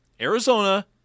Arizona